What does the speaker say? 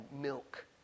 milk